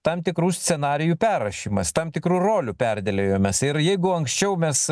tam tikrų scenarijų perrašymas tam tikrų rolių perdėliojimas ir jeigu anksčiau mes